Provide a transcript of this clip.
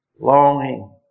Longing